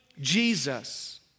Jesus